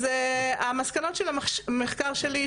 המסקנות של המחקר שלי,